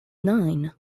nine